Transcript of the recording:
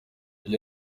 ibyo